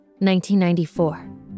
1994